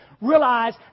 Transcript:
realize